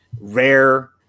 rare